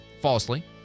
falsely